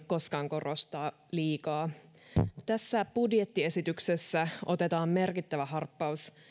koskaan korostaa liikaa tässä budjettiesityksessä otetaan merkittävä harppaus